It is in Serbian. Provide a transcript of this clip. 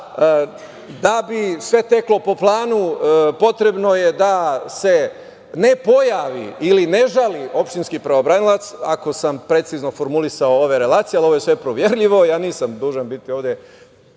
Da bi sve teklo po planu potrebno je da se ne pojavi ili ne žali opštinski pravobranilac, ako sam precizno formulisao ove relacije, ali ovo je sve proverljivo, ja nisam dužan ovde